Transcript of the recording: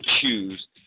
choose